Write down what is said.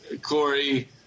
Corey